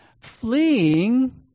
fleeing